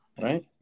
Right